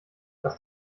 was